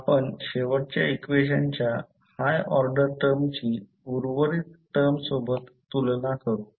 आपण शेवटच्या इक्वेशनाच्या हाय ऑर्डर टर्मची उर्वरित टर्म सोबत तुलना करू